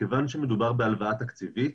מכיוון שמדובר בהלוואה תקציבית,